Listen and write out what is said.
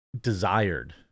Desired